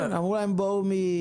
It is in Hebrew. כן, אמרו להם בואו מתל אביב.